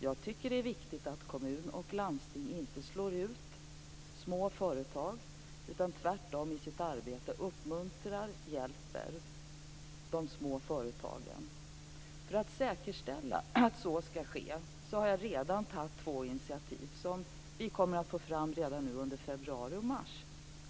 Jag tycker att det är viktigt att kommun och landsting inte slår ut små företag, utan tvärtom i sitt arbete uppmuntrar och hjälper de små företagen. För att säkerställa att så skall ske har jag redan tagit två initiativ som vi kommer att få fram redan under februari och mars.